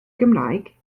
gymraeg